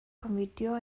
convirtió